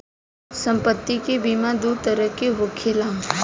सम्पति के बीमा दू तरह के होखेला